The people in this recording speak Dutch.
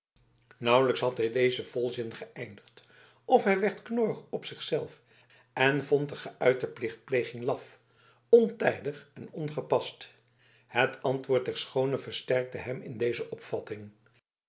nauwelijks had hij dezen volzin geëindigd of hij werd knorrig op zich zelf en vond de geüite plichtpleging laf ontijdig en ongepast het antwoord der schoone versterkte hem in deze opvatting